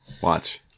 Watch